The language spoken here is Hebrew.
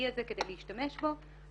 עסקים שאינו בישראל.